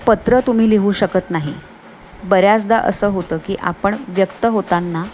पत्र तुम्ही लिहू शकत नाही बऱ्याचदा असं होतं की आपण व्यक्त होताना